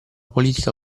politica